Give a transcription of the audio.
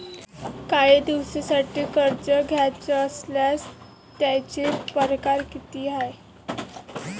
कायी दिसांसाठी कर्ज घ्याचं असल्यास त्यायचे परकार किती हाय?